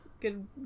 good